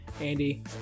Andy